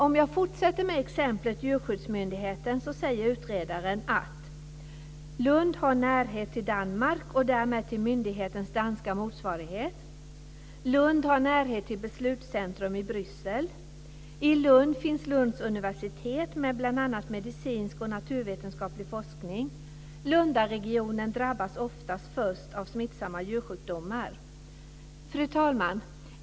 Om jag tar fortsätter med exemplet djurskyddsmyndigheten så säger utredaren att Lund har närhet till Danmark och därmed till myndighetens danska motsvarighet, att Lund har närhet till beslutscentrum i Bryssel, att Lunds universitet, med bl.a. medicinsk och naturvetenskaplig forskning, finns i Lund och att Lundaregionen ofta drabbas först av smittsamma djursjukdomar. Fru talman!